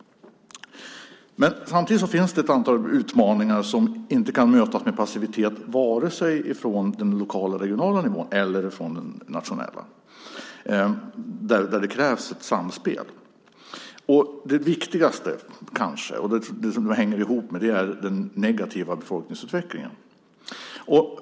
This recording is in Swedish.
Men samtidigt finns det ett antal utmaningar som inte kan mötas med passivitet från vare sig den lokala eller regionala nivån eller från nationellt håll utan där det krävs samspel. Den kanske viktigaste, som det här hänger ihop med, är den negativa befolkningsutvecklingen.